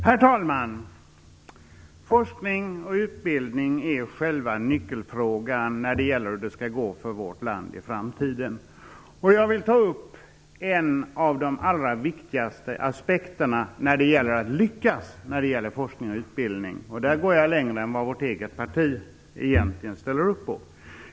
Herr talman! Forskning och utbildning är själva nyckelfrågan när det gäller hur det skall gå för vårt land i framtiden. Jag vill ta upp en av de allra viktigaste aspekterna när det gäller att lyckas i fråga om forskning och utbildning. Där går jag längre än mitt eget parti egentligen ställer upp på.